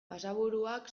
basaburuak